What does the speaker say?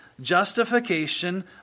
justification